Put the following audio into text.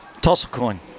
Toss-a-coin